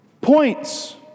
points